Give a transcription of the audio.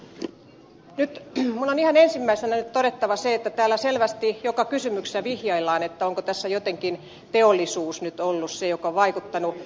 nyt minun on ihan ensimmäisenä todettava se että täällä selvästi joka kysymyksessä vihjaillaan onko tässä jotenkin teollisuus nyt ollut se joka on vaikuttanut